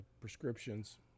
prescriptions